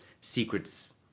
secrets